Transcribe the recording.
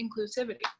inclusivity